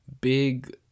big